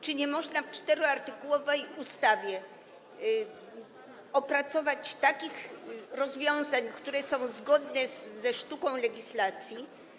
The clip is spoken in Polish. Czy nie można w czteroartykułowej ustawie opracować takich rozwiązań, które są zgodne ze sztuką legislacji?